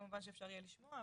כמובן שאפשר יהיה לשמוע,